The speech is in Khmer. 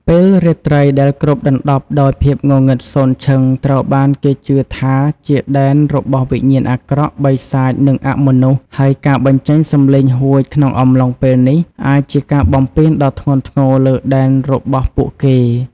ពេលរាត្រីដែលគ្របដណ្ដប់ដោយភាពងងឹតសូន្យឈឹង ត្រូវបានគេជឿថាជាដែនរបស់វិញ្ញាណអាក្រក់ បិសាច និងអមនុស្ស ហើយការបញ្ចេញសំឡេងហួចក្នុងអំឡុងពេលនេះអាចជាការបំពានដ៏ធ្ងន់ធ្ងរលើដែនរបស់ពួកគេ។